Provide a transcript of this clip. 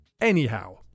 Anyhow